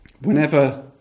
whenever